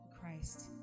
Christ